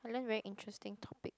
unless very interesting topic